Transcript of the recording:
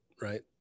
right